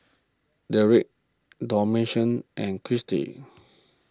Dedric Damasion and Kristy